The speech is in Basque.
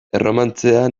erromantzea